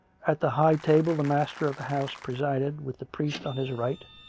at the high table the master of the house presided, with the priest on his right,